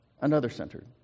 another-centered